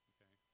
Okay